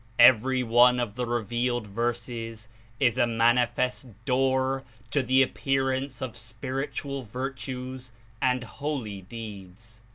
every one of the revealed verses is a manifest door to the appearance of spiritual virtues and holy deeds.